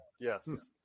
Yes